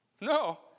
No